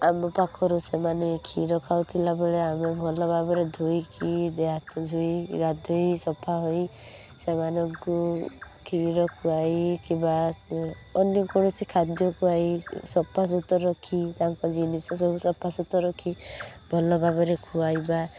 ଆମ ପାଖରୁ ସେମାନେ କ୍ଷୀର ଖାଉଥୁଲା ବେଳେ ଆମେ ଭଲ ଭାବରେ ଧୋଇକି ଦେହ ହାତ ଧୋଇ ଗାଧୋଇ ସଫା ହୋଇ ସେମାନଙ୍କୁ କ୍ଷୀର ଖୁଆଇ କିବା ଅନ୍ୟ କୌଣସି ଖାଦ୍ୟ ଖୁଆଇ ସଫାସୁତୁରା ରଖି ତାଙ୍କ ଜିନିଷ ସବୁ ସଫାସୁତୁରା ରଖି ଭଲ ଭାବରେ ଖୁଆଇବା